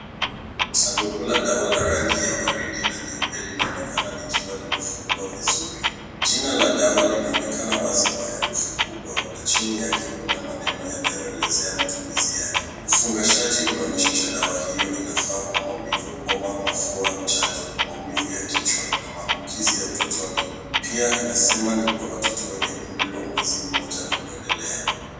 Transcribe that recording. Sanduku la dawa la rangi nyeupe linaonekana likiwa limefungwa vizuri. Jina la dawa linaonekana wazi kwa herufi kubwa na chini yake kuna maneno yanayoelezea matumizi yake. Ufungashaji unaonyesha dawa hiyo inafaa kwa maumivu, homa, mafua, chanjo, maumivu ya kichwa na maambukizi ya utotoni. Pia inasema ni kwa watoto wenye umri wa mwezi mmoja kuendelea.